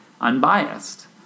unbiased